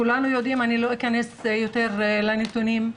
כולנו יודעים ולא אכנס יותר מדי לנתונים,